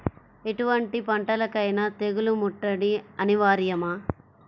ఎటువంటి పంటలకైన తెగులు ముట్టడి అనివార్యమా?